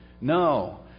No